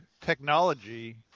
technology